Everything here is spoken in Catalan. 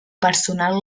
personal